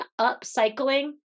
upcycling